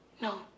no